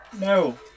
No